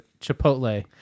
chipotle